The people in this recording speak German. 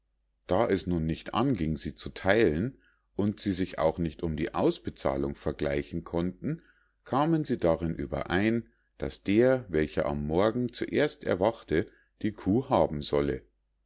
da es nun nicht anging sie zu theilen und sie sich auch nicht um die ausbezahlung vergleichen konnten kamen sie dahin überein daß der welcher am morgen zuerst erwachte die kuh haben solle